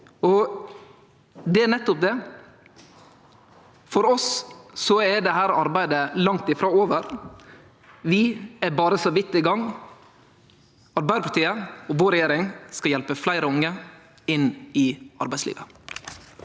Det er nettopp det. For oss er dette arbeidet langt frå over. Vi er berre så vidt i gang. Arbeidarpartiet og vår regjering skal hjelpe fleire unge inn i arbeidslivet.